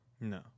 No